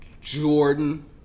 Jordan